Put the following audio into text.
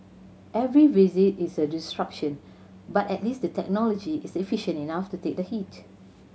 every visit is a disruption but at least the technology is efficient enough to take the hit